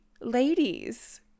ladies